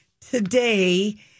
today